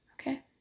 Okay